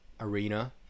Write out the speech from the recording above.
arena